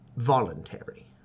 voluntary